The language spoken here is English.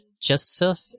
Joseph